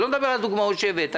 אני לא מדבר על הדוגמאות שהבאת,